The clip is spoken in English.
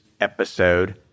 episode